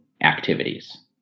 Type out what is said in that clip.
activities